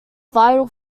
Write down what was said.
vital